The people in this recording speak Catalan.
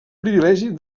privilegi